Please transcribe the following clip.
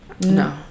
no